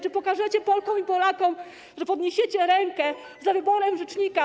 Czy pokażecie Polkom i Polakom, że podniesiecie rękę za wyborem rzecznika.